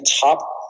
top